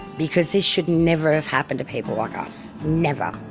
because this should never have happened to people like us. never.